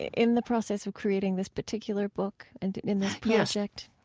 in the process of creating this particular book and in this project?